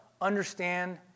understand